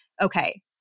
Okay